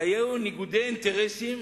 כי היו ניגודי אינטרסים